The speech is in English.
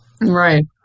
Right